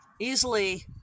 easily